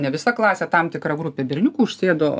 ne visa klasė tam tikra grupė berniukų užsėdo